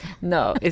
no